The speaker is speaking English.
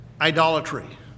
idolatry